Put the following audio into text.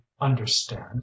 understand